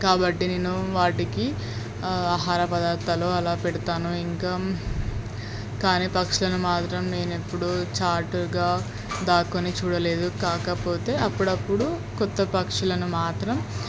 కాబట్టి నేను వాటికి ఆహార పదార్థాలు అలా పెడతాను ఇంకా కానీ పక్షులను మాత్రం నేనెప్పుడూ చాటుగా దాక్కుని చూడలేదు కాకపోతే అప్పుడప్పుడు కొత్త పక్షులను మాత్రం